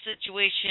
situation